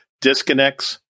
disconnects